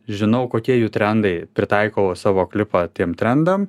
žinau kokie jų trendai pritaikau savo klipą tiem trendam